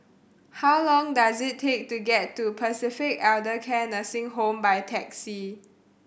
how long does it take to get to Pacific Elder Care Nursing Home by taxi